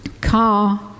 car